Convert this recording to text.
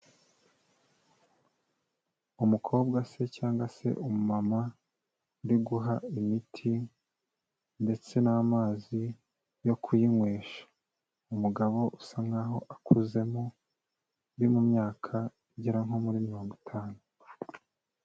Umukobwa se cyangwa se umumama ndiguha imiti ndetse n'amazi yo kuyinywesha umugabo usa nkaho akuzemo uri mu myaka agera nko muri mirongo itanu